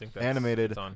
animated